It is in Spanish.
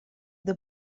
the